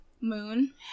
Moon